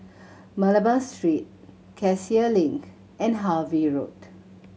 Malabar Street Cassia Link and Harvey Road